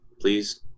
please